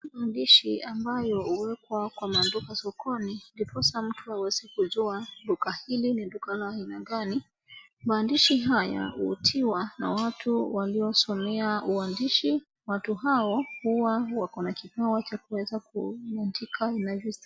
Maandishi ambayo huwekwa kwa maduka sokoni ndiposa mtu aweze kujua duka hili ni duka la aina gani, maandishi haya hutiwa watu waliosomea uhandishi, watu hao huwa wako na kipawa cha kuweza kuandika inavyostahili.